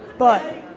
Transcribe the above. but